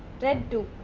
bred do,